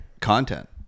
content